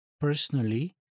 personally